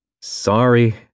Sorry